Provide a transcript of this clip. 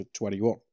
21